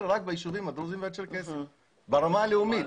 רק ביישובים הדרוזיים והצ'רקסיים ברמה הלאומית.